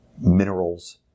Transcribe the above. minerals